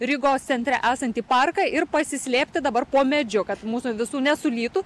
rygos centre esantį parką ir pasislėpti dabar po medžiu kad mūsų visų nesulytų